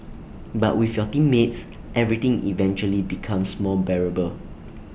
but with your teammates everything eventually becomes more bearable